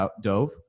dove